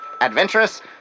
Adventurous